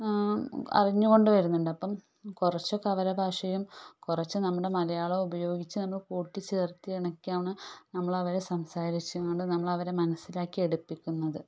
അറിഞ്ഞു കൊണ്ട് വരുന്നുണ്ട് അപ്പം കുറച്ചൊക്കെ അവരുടെ ഭാഷയും കുറച്ച് നമ്മുടെ മലയാളവും ഉപയോഗിച്ച് നമ്മൾ കൂട്ടി ചേർത്ത് ഇണക്കിയാണ് നമ്മൾ അവരെ സംസാരിച്ചു കൊണ്ട് നമ്മൾ അവരെ മനസ്സിലാക്കി എടുപ്പിക്കുന്നത്